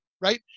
right